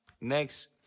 Next